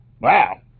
Wow